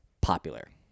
popular